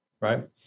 right